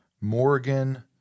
Morgan